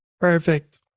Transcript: Perfect